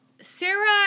Sarah